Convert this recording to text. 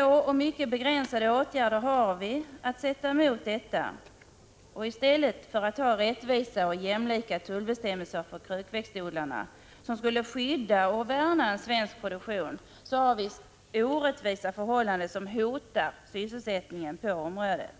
få och mycket begränsade åtgärder att sätta emot detta. I stället för rättvisa och jämlika tullbestämmelser för krukväxtodlarna som skulle skydda och värna om svensk produktion har vi orättvisa förhållanden, som hotar sysselsättningen på området.